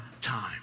time